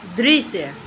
दृश्य